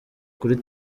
kuri